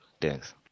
Thanks